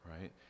right